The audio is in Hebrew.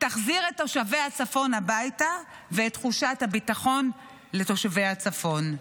תחזיר את תושבי הצפון הביתה ואת תחושת הביטחון לתושבי הצפון.